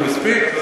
זה מספיק?